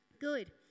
Good